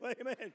Amen